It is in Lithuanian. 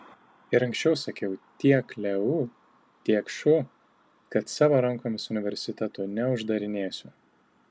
ir anksčiau sakiau tiek leu tiek šu kad savo rankomis universitetų neuždarinėsiu